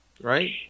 Right